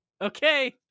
okay